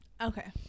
Okay